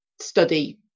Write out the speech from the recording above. study